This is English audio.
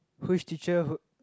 who is teacher who